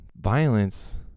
violence